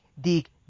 dig